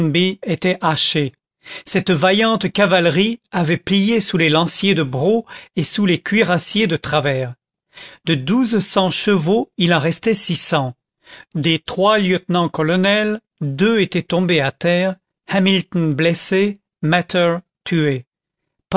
étaient hachés cette vaillante cavalerie avait plié sous les lanciers de bro et sous les cuirassiers de travers de douze cents chevaux il en restait six cents des trois lieutenants colonels deux étaient à terre hamilton blessé mater tué